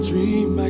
Dream